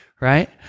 right